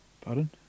Pardon